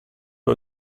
che